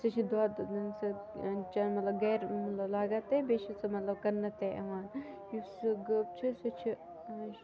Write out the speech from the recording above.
سُہ چھِ دۄد چَن مَطلَب گَرِ لاگتھ تہِ بیٚیہِ چھُ سُہ مَطلَب کٕننہٕ تہٕ یِوان یُس سُہ گٔب چھِ سُہ چھِ